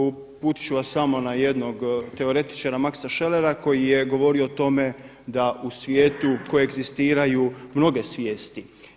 Uputit ću vas samo na jednog teoretičara Maxa Schelera koji je govorio o tome da u svijetu koegzistiraju mnoge svijesti.